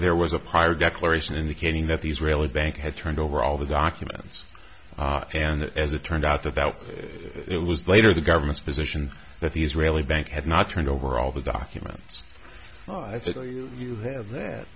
there was a prior declaration indicating that the israeli bank had turned over all the documents and as it turned out that that it was later the government's position that the israeli bank had not turned over all the documents i think you have that